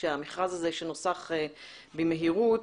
שהמכרז הזה שנוסח במהירות,